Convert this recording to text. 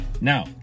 Now